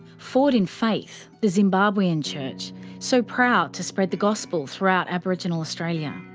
forward in faith, the zimbabwean church so proud to spread the gospel throughout aboriginal australia.